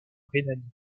rhénanie